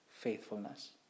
faithfulness